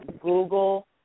Google